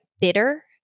bitter